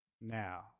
Now